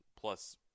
plus